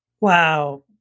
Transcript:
wow